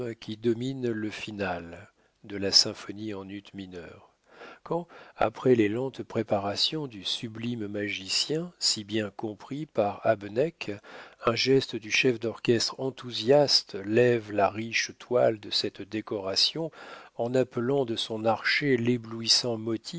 qui domine le final de la symphonie en ut mineur quand après les lentes préparations du sublime magicien si bien compris par habeneck un geste du chef d'orchestre enthousiaste lève la riche toile de cette décoration en appelant de son archet l'éblouissant